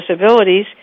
disabilities